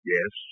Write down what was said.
Yes